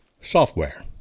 software